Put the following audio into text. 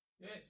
Yes